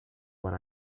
when